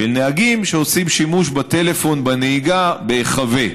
של נהגים העושים שימוש בטלפון בנהיגה בהיחבא.